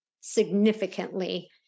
significantly